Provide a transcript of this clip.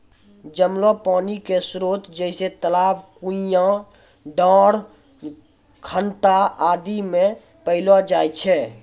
जमलो पानी क स्रोत जैसें तालाब, कुण्यां, डाँड़, खनता आदि म पैलो जाय छै